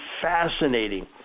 fascinating